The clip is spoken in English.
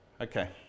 okay